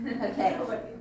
Okay